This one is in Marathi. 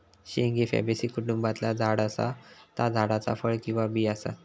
शेंग ही फॅबेसी कुटुंबातला झाड असा ता झाडाचा फळ किंवा बी असा